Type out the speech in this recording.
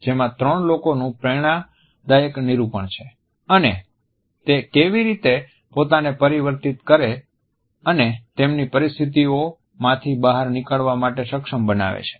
જેમાં ત્રણ લોકોનું પ્રેરણાદાયક નિરૂપણ છે અને તે કેવી રીતે પોતાને પરિવર્તિત કરી અને તેમની પરિસ્થિતિઓ માંથી બહાર નીકળવા માટે સક્ષમ બનાવે છે